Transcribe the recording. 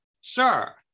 Sure